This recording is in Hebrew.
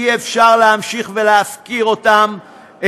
אי-אפשר להמשיך להפקיר אותם,